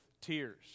tears